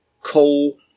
coal